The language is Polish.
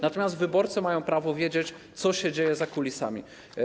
Natomiast wyborcy mają prawo wiedzieć, co się dzieje za kulisami.